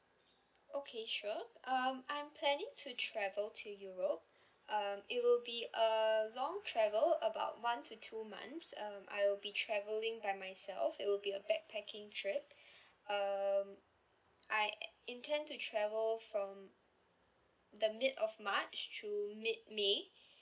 okay sure um I'm planning to travel to europe um it will be a long travel about one to two months um I'll be travelling by myself it will be a backpacking trip um I intend to travel from the mid of march to mid may